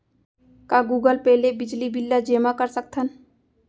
का Google Pay ले बिजली बिल ल जेमा कर सकथन?